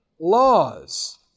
laws